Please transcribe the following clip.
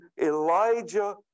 Elijah